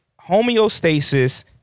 homeostasis